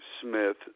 Smith